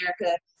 America